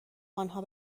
آنها